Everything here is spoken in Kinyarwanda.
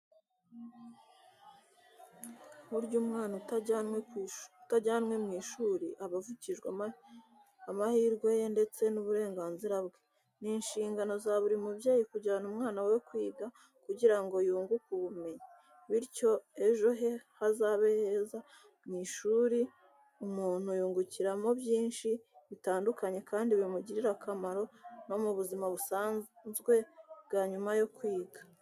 Burya umwana utajyanwe mu ishuri aba avukijwe amahirwe ye ndetse n'uburenganzira bwe. Ni inshingano za buri mubyeyi kujyana amwana we kwiga kugira ngo yunguke ubumenyi, bityo ejo he hazabe heza, mu ishuri umuntu yungukiramo byinshi bitandukanye kandi bimugirira akamaro no mu buzima busanzwe bwa nyuma yo kwiga.